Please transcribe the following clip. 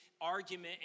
argument